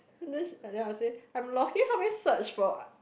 goodness then then I'll say I'm lost can you help me search for what